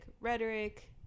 rhetoric